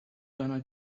gonna